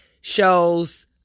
shows